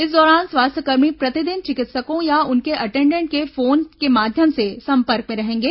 इस दौरान स्वास्थ्य कर्मी प्रतिदिन चिकित्सकों या उनके अटेडेंट से फोन के माध्यम से संपर्क में रहेंगे